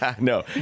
No